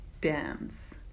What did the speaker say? dance